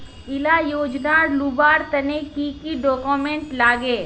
इला योजनार लुबार तने की की डॉक्यूमेंट लगे?